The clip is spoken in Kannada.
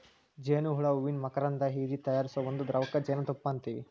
ಜೇನ ಹುಳಾ ಹೂವಿನ ಮಕರಂದಾ ಹೇರಿ ತಯಾರಿಸು ಒಂದ ದ್ರವಕ್ಕ ಜೇನುತುಪ್ಪಾ ಅಂತೆವಿ